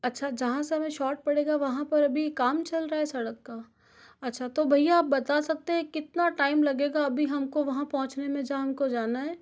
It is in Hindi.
अच्छा जहाँ से हमें शॉर्ट पड़ेगा वहाँ पर अभी काम चल रहा है सड़क का अच्छा तो भैया आप बता सकते हैं कितना टाइम लगेगा अभी हमको वहाँ पहुँचने में जहाँ हमको जाना है